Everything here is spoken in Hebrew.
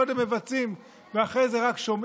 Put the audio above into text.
קודם מבצעים ורק אחרי זה שומעים.